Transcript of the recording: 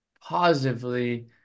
positively